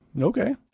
Okay